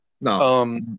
No